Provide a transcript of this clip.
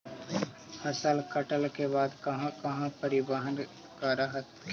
फसल कटल के बाद कहा कहा परिबहन कर हखिन?